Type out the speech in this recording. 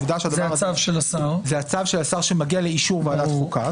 זה הצו של השר שמגיע לאישור ועדת חוקה.